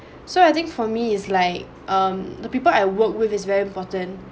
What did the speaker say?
so I think for me it's like um the people I work with is very important